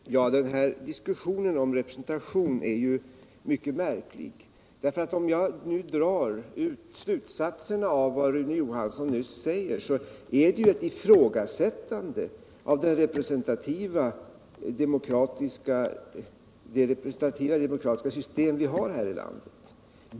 Herr talman! Den här diskussionen om representation är mycket märklig. Om jag drar ut slutsatsen av vad Rune Johansson nu säger så är det ju ett ifrågasättande av det representativa demokratiska system vi har här i landet.